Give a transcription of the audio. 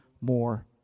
more